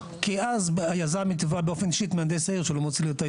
שהוא לא מוציא לו את ההיתר.